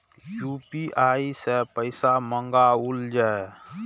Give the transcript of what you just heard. UPI सै पैसा मंगाउल जाय?